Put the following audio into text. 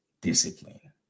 discipline